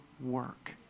work